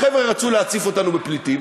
החבר'ה רצו להציף אותנו בפליטים,